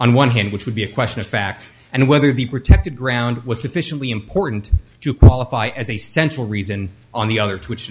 on one hand which would be a question of fact and whether the protected ground was sufficiently important to qualify as a central reason on the other two which